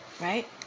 right